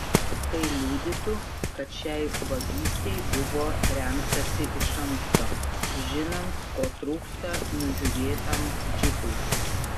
tai liudytų kad šiai vagystei buvo rengtasi iš anksto žinant ko trūksta nužiūrėtam džipui